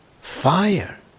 fire